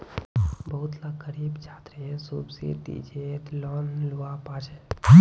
बहुत ला ग़रीब छात्रे सुब्सिदिज़ेद लोन लुआ पाछे